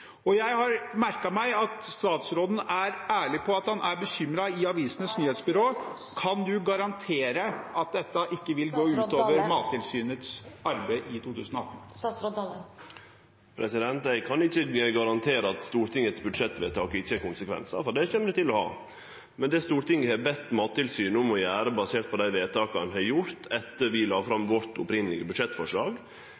Stortinget. Jeg har merket meg at statsråden til aviser og nyhetsbyråer er ærlig på at han er bekymret. Kan statsråden garantere at dette ikke vil gå ut over Mattilsynets arbeid i 2018? Eg kan ikkje garantere at Stortingets budsjettvedtak ikkje har konsekvensar, for det kjem det til å ha. Det Stortinget har bedt om, basert på dei vedtaka ein har gjort etter at vi la fram